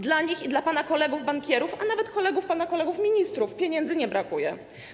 Dla nich i dla pana kolegów bankierów, a nawet kolegów pana kolegów ministrów, pieniędzy nie brakuje.